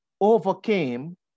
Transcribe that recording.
overcame